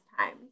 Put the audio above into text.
times